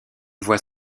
voie